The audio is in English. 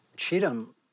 Cheatham